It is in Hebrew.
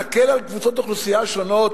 נקל על קבוצות אוכלוסייה שונות,